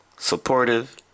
Supportive